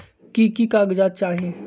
की की कागज़ात चाही?